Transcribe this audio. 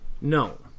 No